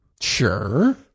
Sure